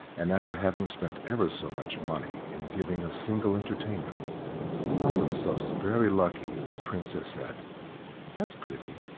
and after having spent ever so much money in giving a single entertainment thought themselves very lucky if the princess said that's pretty.